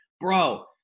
bro